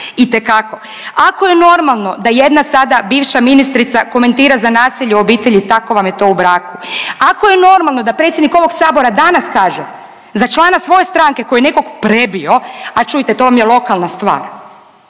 itekako, ako je normalno da jedna sada bivša ministrica komentira za nasilje u obitelji „tako vam je to u braku“, ako je normalno da predsjednik ovog sabora danas kaže za člana svoje stranke koji je nekog prebio „a čujte to vam je lokalna stvar“